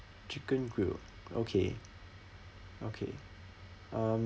chicken grill okay okay um